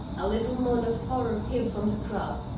a little moan of horror came from the crowd,